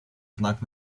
знак